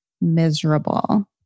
miserable